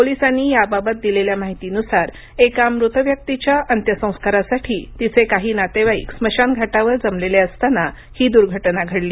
पोलिसांनी याबाबत दिलेल्या माहितीनुसार एका मृत व्यक्तीच्या अंत्यसंस्कारासाठी तिचे काही नातेवाईक स्मशान घाटावर जमलेले असताना ही दुर्घटना घडली